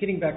getting back